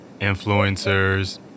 influencers